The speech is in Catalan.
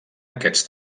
aquests